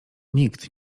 nikt